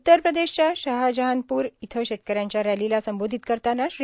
उत्तर प्रदेशच्या शहाजहानपूर इथं शेतकऱ्यांच्या रॅलीला संबोधित करतांना श्री